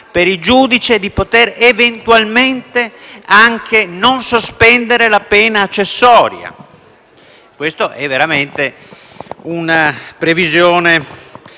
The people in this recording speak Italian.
per il giudice eventualmente di non sospendere la pena accessoria. Questa è veramente una previsione